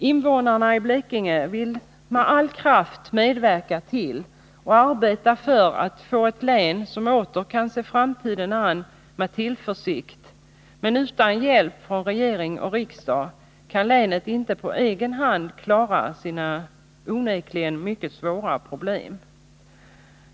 Invånarna i Blekinge vill med all kraft medverka till och arbeta för att få ett län som åter kan se framtiden an med tillförsikt, men utan hjälp från regering och riksdag kan länet inte på egen hand klara sina onekligen mycket svåra problem.